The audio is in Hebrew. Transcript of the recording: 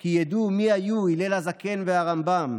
כי ידעו מי היו הלל הזקן והרמב"ם,